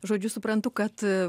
žodžiu suprantu kad